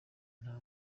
nta